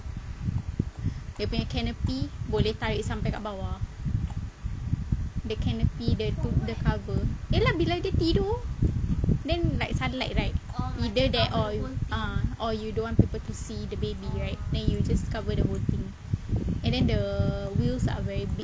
dia punya canopy boleh tarik sampai kat bawah the canopy the tu the cover ye lah bila dia tidur then like sunlight right either that or you ah you don't want people to see the baby right then you just cover the whole thing and then the wheels are very big